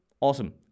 awesome